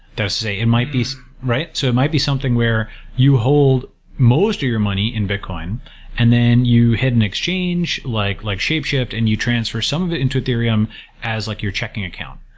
that is to say, it might be right? so it might be something where you hold most of your money in bitcoin and then you had an exchange like like shapeshift and you transfer some of it into ethereum as like your checking account.